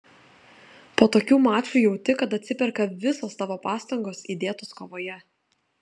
po tokių mačų jauti kad atsiperka visos tavo pastangos įdėtos kovoje